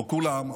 לא כולם,